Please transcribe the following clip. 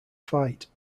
fight